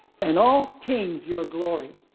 and all kings your glory.